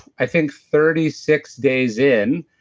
i think thirty six days in,